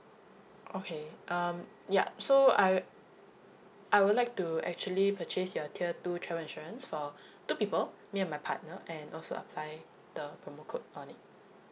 okay um yup so I I would like to actually purchase your tier two travel insurance for two people me and my partner and also apply the promo code on it